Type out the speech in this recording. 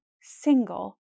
single